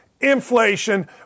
inflation